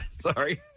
Sorry